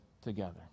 together